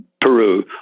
Peru